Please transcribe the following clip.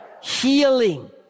healing